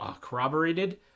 corroborated